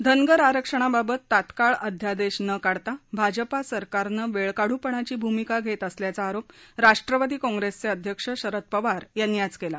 धनगर आरक्षणाबाबत तात्काळ अध्यादेश न काढता भाजपा सरकारनं वेळ काढूपणाची भूमिका घेत असल्याचा आरोप राष्ट्रवादी काँप्रेसचे अध्यक्ष शरद पवार यांनी आज केला